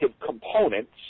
components